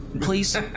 Please